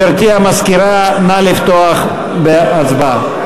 גברתי המזכירה, נא לפתוח בהצבעה.